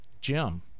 jim